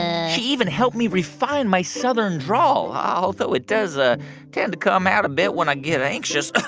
ah she even helped me refine my southern drawl, although it does ah tend to come out a bit when i get anxious.